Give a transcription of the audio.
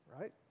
right